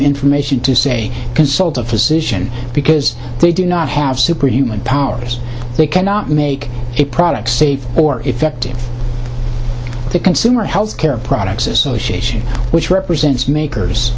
information to say consult a physician because they do not have superhuman powers they cannot make a product safe or effective the consumer health care products association which represents makers